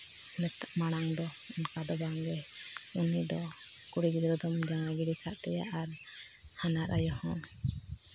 ᱢᱟᱲᱟᱝ ᱫᱚ ᱚᱱᱠᱟ ᱫᱚ ᱵᱟᱝᱜᱮ ᱩᱱᱤᱫᱚ ᱠᱩᱲᱤ ᱜᱤᱫᱽᱨᱟᱹ ᱫᱚᱢ ᱡᱟᱶᱟᱭ ᱜᱤᱰᱤ ᱠᱟᱫᱮᱭᱟ ᱟᱨ ᱦᱟᱱᱦᱟᱨ ᱟᱭᱳ ᱦᱚᱸ